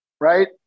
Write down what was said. Right